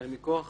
אלא מכוח